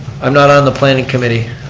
i'm not on the planning committee.